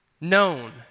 known